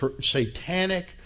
satanic